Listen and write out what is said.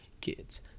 kids